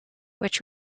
which